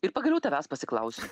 ir pagaliau tavęs pasiklausiu